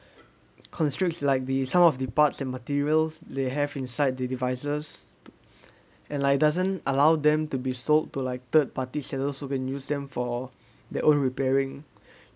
constricts like the some of the parts and materials they have inside the devices and like doesn't allow them to be sold to like third party sellers who can use them for their own repairing